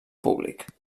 públic